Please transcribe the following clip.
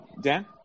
Dan